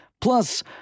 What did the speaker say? plus